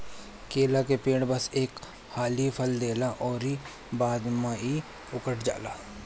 केला के पेड़ बस एक हाली फल देला उकरी बाद इ उकठ जाला